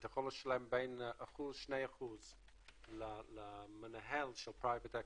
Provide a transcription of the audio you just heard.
אתה יכול לשלם בין 1% ל-2% למנהל של private equity